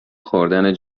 خوردن